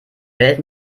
welt